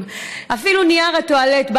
אפילו נייר הטואלט,